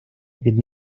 від